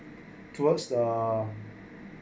towards uh